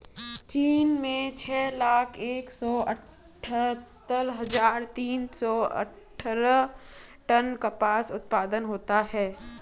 चीन में छह लाख एक सौ अठत्तर हजार तीन सौ अट्ठारह टन कपास उत्पादन होता है